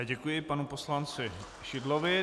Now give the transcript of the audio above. Děkuji panu poslanci Šidlovi.